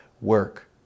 work